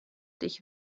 dich